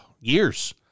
years